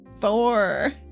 Four